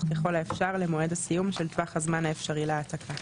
ככל האפשר למועד הסיום של טווח הזמן האפשרי להעתקה.